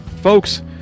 folks